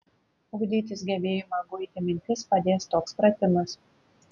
ugdytis gebėjimą guiti mintis padės toks pratimas